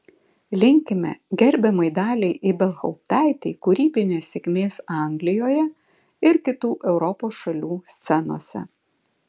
linkime gerbiamai daliai ibelhauptaitei kūrybinės sėkmės anglijoje ir kitų europos šalių scenose